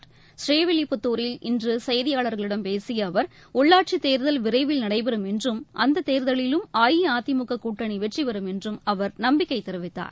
ப்ரீவில்லிபுத்தூரில் இன்று செய்தியாளர்களிடம் பேசிய அவர் உள்ளாட்சித்தேர்தல் விரைவில் நடைபெறும் என்றும் அந்த தேர்தலிலும் அஇஅதிமுக கூட்டணி வெற்றி பெறும் என்றும் அவர் நம்பிக்கை தெரிவித்தார்